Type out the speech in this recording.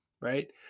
right